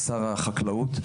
לשר החקלאות,